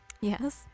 yes